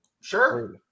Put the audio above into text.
Sure